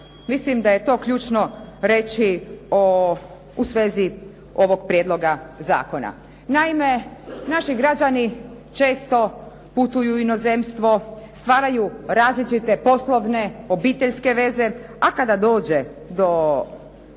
Mislim da je to ključno reći u svezi ovoga prijedloga zakona. Naime, naši građani često putuju u inozemstvo, stvaraju različite poslovne, obiteljske veze, a kada dođe do